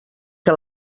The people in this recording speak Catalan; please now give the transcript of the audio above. que